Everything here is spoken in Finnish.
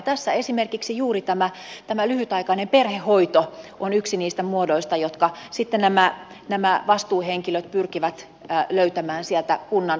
tässä esimerkiksi juuri tämä lyhytaikainen perhehoito on yksi niistä muodoista jonka nämä vastuuhenkilöt pyrkivät löytämään sieltä kunnan palvelurepertuaarista